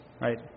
right